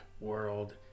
world